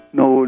no